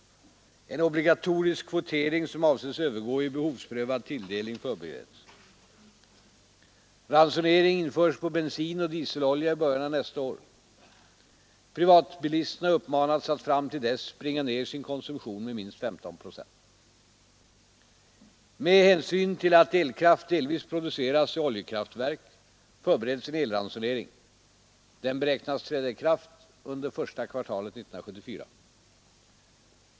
En obligatorisk kvotering som avses övergå i behovsprövad tilldelning förbereds. Ransonering införs på bensin och dieselolja i början av nästa år. Privatbilisterna har uppmanats att fram till dess bringa ner sin konsumtion med minst 15 procent. Med hänsyn till att elkraft delvis produceras i oljekraftverk förbereds en elransonering. Den beräknas träda i kraft under första kvartalet 1974.